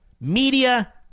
media